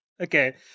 Okay